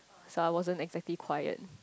so I wasn't exactly quiet